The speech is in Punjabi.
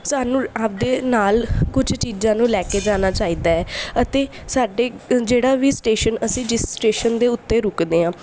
ਸਾਨੂੰ ਆਪਣੇ ਨਾਲ ਕੁਛ ਚੀਜ਼ਾਂ ਨੂੰ ਲੈ ਕੇ ਜਾਣਾ ਚਾਹੀਦਾ ਹੈ ਅਤੇ ਸਾਡੇ ਜਿਹੜਾ ਵੀ ਸਟੇਸ਼ਨ ਅਸੀਂ ਜਿਸ ਸਟੇਸ਼ਨ ਦੇ ਉੱਤੇ ਰੁਕਦੇ ਹਾਂ